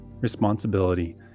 responsibility